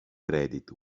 credit